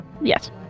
Yes